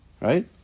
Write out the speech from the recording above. right